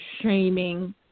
shaming